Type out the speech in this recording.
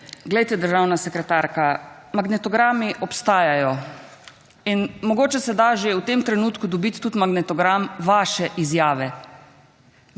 Glejte, državna sekretarka, magnetogrami obstajajo in mogoče se da že v tem trenutku dobiti tudi magnetogram vaše izjave.